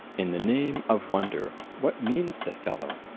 in the name of wonder, what means the fellow!